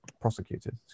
prosecuted